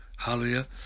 Hallelujah